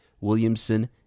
Williamson